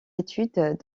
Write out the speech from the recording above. études